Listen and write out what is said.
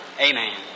amen